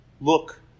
Look